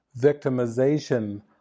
victimization